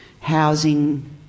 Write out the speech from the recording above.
housing